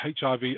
HIV